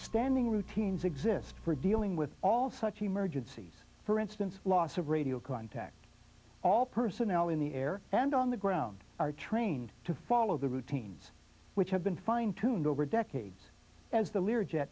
standing routines exist for dealing with all such emergencies for instance loss of radio contact all personnel in the air and on the ground are trained to follow the routines which have been fine tuned over decades as the lear jet